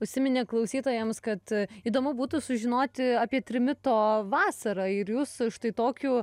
užsiminė klausytojams kad įdomu būtų sužinoti apie trimito vasarą ir jūs štai tokiu